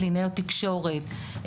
קלינאית תקשורת,